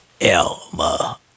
Elma